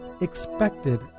expected